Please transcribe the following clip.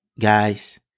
Guys